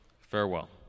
Farewell